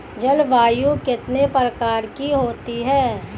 जलवायु कितने प्रकार की होती हैं?